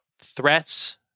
threats